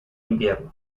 invierno